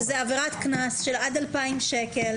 אנחנו מעוניינים לקבוע שזו עבירת קנס של עד 2,000 שקל.